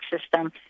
system